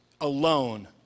alone